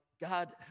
God